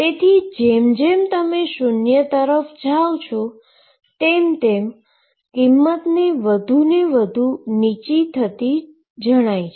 તેથી જેમ જેમ શુન્ય તરફ જાય છીએ તેમ તેમ તેની કિંમત વધુ ને વધુ નીચે જતી જાય છે